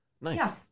Nice